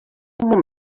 moment